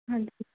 ਹਾਂਜੀ